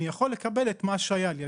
אני יכול לקבל את מה שהיה לי.